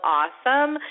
awesome